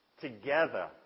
together